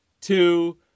two